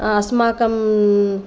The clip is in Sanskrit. अस्माकम्